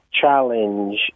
challenge